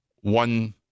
one